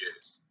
yes